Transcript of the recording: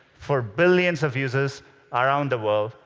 for billions of users around the world,